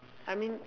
I mean